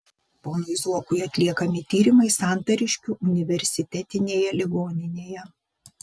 ponui zuokui atliekami tyrimai santariškių universitetinėje ligoninėje